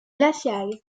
glacial